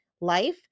life